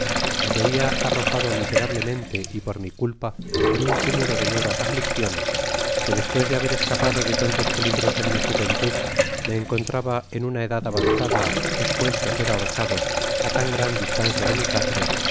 me veia arrojado miserablemente y por mi culpa en un cúmulo de nuevas aflicciones que despues de haber escapado de tantos peligros en mi juventud me encontraba en una edad avanzada espuesto á ser ahorcado á tan gran distancia de mi patria